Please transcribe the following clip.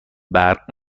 برق